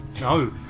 no